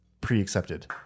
pre-accepted